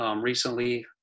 recently